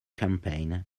campaign